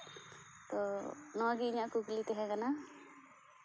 ᱛᱚ ᱱᱚᱣᱟ ᱜᱮ ᱤᱧᱟᱹᱜ ᱠᱩᱠᱞᱤ ᱛᱮᱦᱮᱸ ᱠᱟᱱᱟ